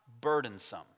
burdensome